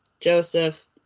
Joseph